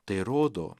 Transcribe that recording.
tai rodo